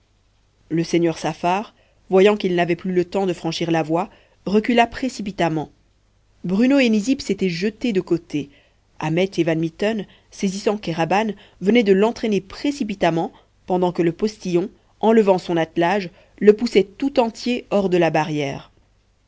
le seigneur saffar voyant qu'il n'avait plus le temps de franchir la voie recula précipitamment bruno et nizib s'étaient jetés de côté ahmet et van mitten saisissant kéraban venaient de l'entraîner précipitamment pendant que le postillon enlevant son attelage le poussait tout entier hors de la barrière